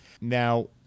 now